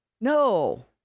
No